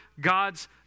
God's